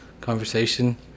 conversation